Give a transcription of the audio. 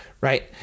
right